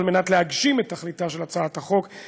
כדי להגשים את תכליתה של הצעת החוק,